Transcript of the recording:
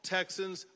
Texans